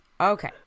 Okay